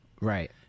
Right